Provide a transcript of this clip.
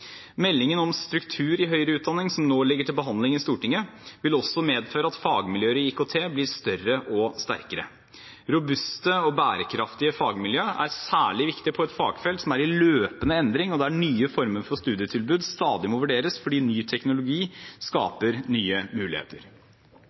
Meldingen om struktur i høyere utdanning, som nå ligger til behandling i Stortinget, vil også medføre at fagmiljøer i IKT blir større og sterkere. Robuste og bærekraftige fagmiljøer er særlig viktig på et fagfelt som er i løpende endring, og der nye former for studietilbud stadig må vurderes fordi teknologi skaper nye muligheter.